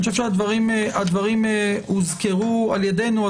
אני חושב שהדברים הוזכרו על ידינו.